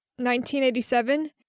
1987